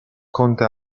conte